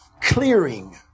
Clearing